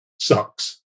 sucks